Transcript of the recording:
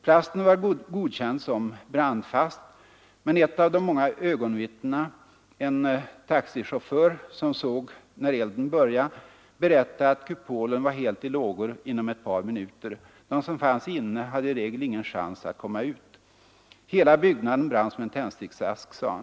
Plasten var godkänd som brandfast, men ett av de många ögonvittnena, en taxichaufför som såg när elden började, berättade att kupolen var helt i lågor inom ett par minuter. De som fanns under den hade i regel ingen chans att komma ut. Hela byggnaden brann som en tändsticksask, sade han.